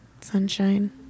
sunshine